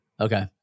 Okay